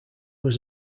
was